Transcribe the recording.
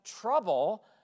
trouble